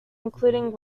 including